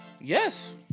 Yes